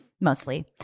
mostly